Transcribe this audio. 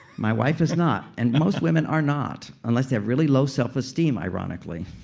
my wife is not. and most women are not, unless they have really low self-esteem, ironically.